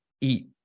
eat